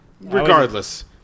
Regardless